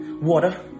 water